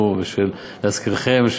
ולהזכירכם,